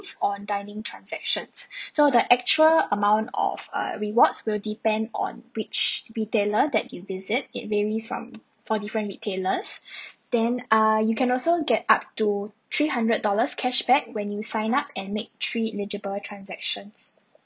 on dining transactions so the actual amount of uh rewards will depend on which retailer that you visit it varies from for different retailers then err you can also get up to three hundred dollars cashback when you sign up and make three eligible transactions